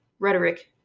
Rhetoric